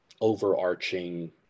overarching